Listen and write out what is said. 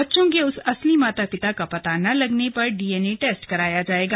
बच्चों के असली माता पिता का पता न लगने पर डीएनए टेस्ट कराया जाएगा